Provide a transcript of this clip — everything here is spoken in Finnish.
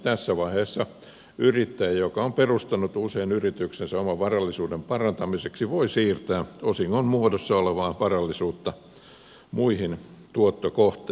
tässä vaiheessa yrittäjä joka on perustanut usein yrityksensä oman varallisuuden parantamiseksi voi siirtää osingon muodossa olevaa varallisuutta muihin tuottokohteisiin